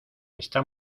está